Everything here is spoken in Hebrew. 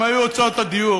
מה יהיו הוצאות הדיור.